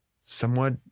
somewhat